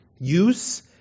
use